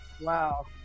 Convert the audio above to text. wow